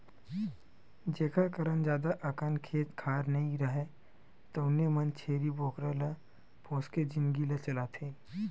जेखर करन जादा अकन खेत खार नइ राहय तउनो मन छेरी बोकरा ल पोसके जिनगी ल चलाथे